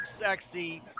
sexy